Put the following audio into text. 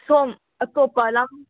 ꯁꯣꯝ ꯑꯇꯣꯞꯄ ꯂꯝ